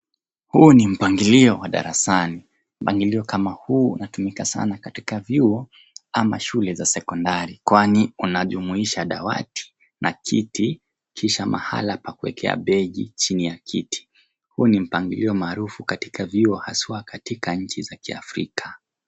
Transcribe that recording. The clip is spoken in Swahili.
Huu ni mpangilio wa darasani. Mpangilio kama huu unatumika sana katika vyuo ama shule za sekondari kwani unajumuisha dawati na viti kisha mahala pa kuwekea begi chini ya kiti. Huu ni mpangilio maarufu katika viuo haswa katika nchi za kiafrika.